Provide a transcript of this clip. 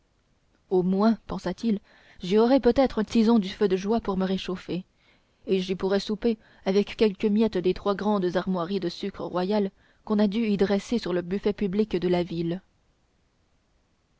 au moins pensa-t-il j'y aurai peut-être un tison du feu de joie pour me réchauffer et j'y pourrai souper avec quelque miette des trois grandes armoiries de sucre royal qu'on a dû y dresser sur le buffet public de la ville